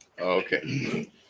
okay